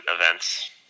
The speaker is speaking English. events